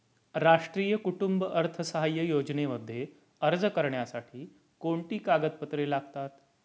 राष्ट्रीय कुटुंब अर्थसहाय्य योजनेमध्ये अर्ज करण्यासाठी कोणती कागदपत्रे लागतात?